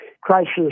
crisis